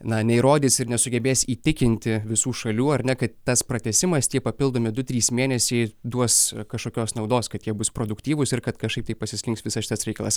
na neįrodys ir nesugebės įtikinti visų šalių ar ne kad tas pratęsimas tie papildomi du trys mėnesiai duos kažkokios naudos kad jie bus produktyvūs ir kad kažkaip tai pasislinks visas šitas reikalas